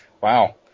wow